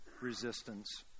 resistance